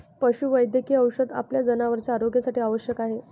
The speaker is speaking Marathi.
पशुवैद्यकीय औषध आपल्या जनावरांच्या आरोग्यासाठी आवश्यक आहे